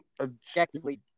objectively